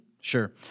Sure